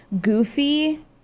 goofy